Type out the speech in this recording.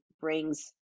brings